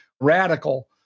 radical